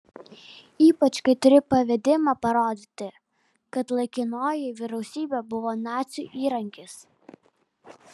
ypač kai turi pavedimą parodyti kad laikinoji vyriausybė buvo nacių įrankis